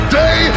day